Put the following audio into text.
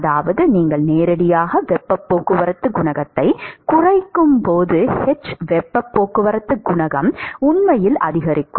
அதாவது நீங்கள் நேரடியாக வெப்பப் போக்குவரத்துக் குணகத்தைக் குறைக்கும்போது h வெப்பப் போக்குவரத்துக் குணகம் உண்மையில் அதிகரிக்கும்